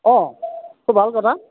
অঁ খুব ভাল কথা